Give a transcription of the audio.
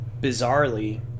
Bizarrely